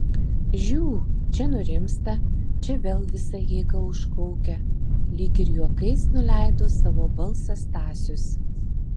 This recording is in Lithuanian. žiū čia nurimsta čia vėl visa jėga užkaukia lyg ir juokais nuleido savo balsą stasius